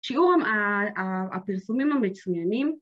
‫שיעור הפרסומים המצוינים.